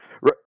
right